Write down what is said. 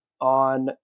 on